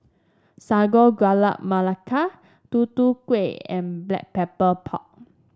Sago Gula Melaka Tutu Kueh and Black Pepper Pork